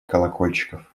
колокольчиков